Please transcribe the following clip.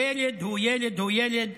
ילד הוא ילד הוא ילד.